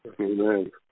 Amen